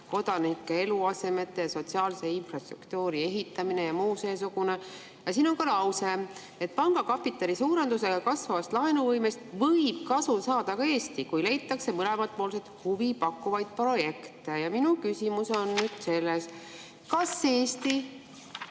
kodanike eluasemete ja sotsiaalse infrastruktuuri ehitamine ja muu seesugune, aga siin on ka lause, et panga kapitali suurendusega kasvavast laenuvõimest võib kasu saada ka Eesti, kui leitakse mõlemapoolseid huvipakkuvaid projekte. Minu küsimus on nüüd selles, kas Eestil